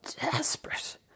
desperate